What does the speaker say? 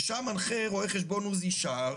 שם מנחה רואה חשבון עוזי שר,